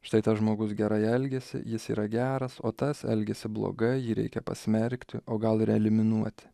štai tas žmogus gerai elgiasi jis yra geras o tas elgiasi blogai jį reikia pasmerkti o gal ir eliminuoti